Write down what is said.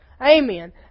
Amen